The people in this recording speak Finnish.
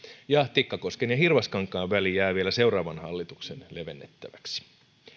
ja tikkakosken ja hirvaskankaan väli jää vielä seuraavan hallituksen levennettäväksi